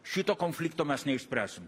šito konflikto mes neišspręsim